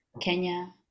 Kenya